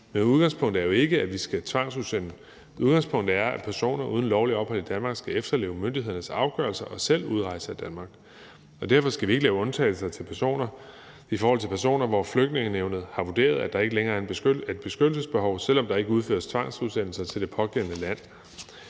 Men udgangspunktet er jo ikke, at vi skal tvangsudsende; udgangspunktet er, at personer uden lovligt ophold i Danmark skal efterleve myndighedernes afgørelser og selv udrejse af Danmark. Derfor skal vi ikke lave undtagelser for personer i de tilfælde, hvor Flygtningenævnet har vurderet, at der ikke længere er et beskyttelsesbehov, selv om der ikke udføres tvangsudsendelser til det pågældende land.